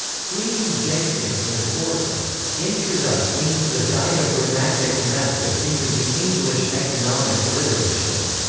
fleeming jenkin in the course of introduc ing the diagrammatic method into the english economic literature